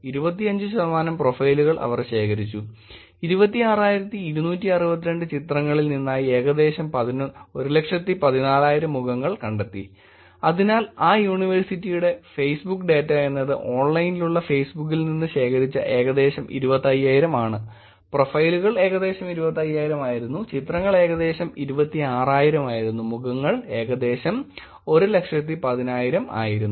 25 ശതമാനം പ്രൊഫൈലുകൾ അവർ ശേഖരിച്ചു 26262 ചിത്രങ്ങളിൽ നിന്നായി ഏകദേശം 114000 മുഖങ്ങൾ കണ്ടെത്തിഅതിനാൽ ആ യൂണിവേഴ്സിറ്റിയുടെ ഫേസ്ബുക്ക് ഡേറ്റ എന്നത് ഓൺലൈനിലുള്ള ഫേസ്ബുക്കിൽ നിന്ന് ശേഖരിച്ച ഏകദേശം 25000 ആണ് പ്രൊഫൈലുകൾ ഏകദേശം 25000 ആയിരുന്നു ചിത്രങ്ങൾ ഏകദേശം 26000 ആയിരുന്നു മുഖങ്ങൾ ഏകദേശം 114000 ആയിരം ആയിരുന്നു